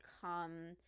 come